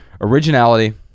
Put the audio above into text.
originality